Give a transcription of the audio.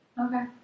Okay